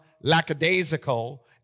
lackadaisical